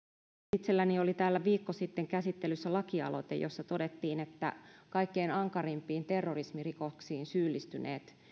itselläni oli täällä viikko sitten käsittelyssä lakialoite jossa todettiin että kaikkein ankarimpiin terrorismirikoksiin syyllistyneet